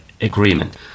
agreement